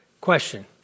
Question